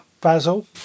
basil